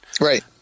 Right